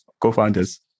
co-founders